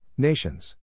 Nations